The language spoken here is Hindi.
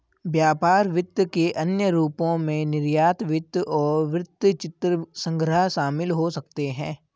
व्यापार वित्त के अन्य रूपों में निर्यात वित्त और वृत्तचित्र संग्रह शामिल हो सकते हैं